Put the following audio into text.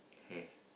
hair